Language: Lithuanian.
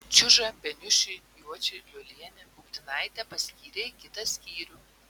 čiužą beniušį juočį liolienę budginaitę paskyrė į kitą skyrių